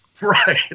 right